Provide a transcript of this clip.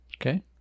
Okay